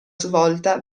svolta